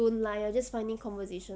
don't lie just finding conversation